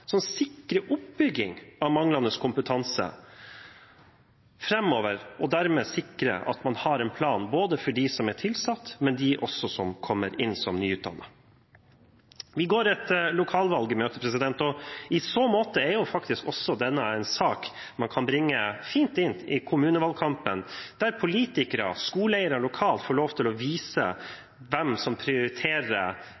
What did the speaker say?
som sikrer oppbygging av kompetanse framover, og dermed at man har en plan både for dem som er tilsatt, og for dem som kommer inn som nyutdannede. Vi går et lokalvalg i møte. I så måte er dette en sak man fint kan bringe inn i kommunevalgkampen, der politikere og skoleeiere lokalt får lov til å vise hvem som prioriterer